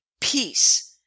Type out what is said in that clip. peace